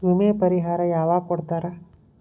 ವಿಮೆ ಪರಿಹಾರ ಯಾವಾಗ್ ಕೊಡ್ತಾರ?